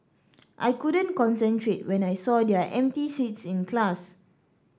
I couldn't concentrate when I saw their empty seats in class